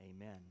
Amen